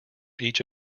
each